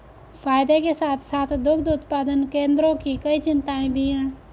फायदे के साथ साथ दुग्ध उत्पादन केंद्रों की कई चिंताएं भी हैं